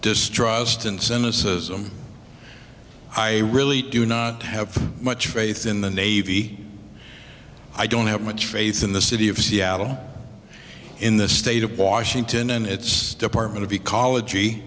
distrust and cynicism i really do not have much faith in the navy i don't have much faith in the city of seattle in the state of washington and its department of ecology